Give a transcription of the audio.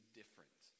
different